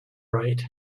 right